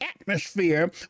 atmosphere